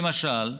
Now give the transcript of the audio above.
למשל,